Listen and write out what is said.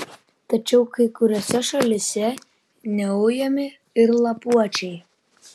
tačiau kai kuriose šalyse neujami ir lapuočiai